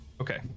Okay